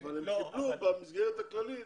אבל הם קיבלו במסגרת הכללית